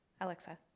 alexa